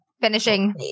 finishing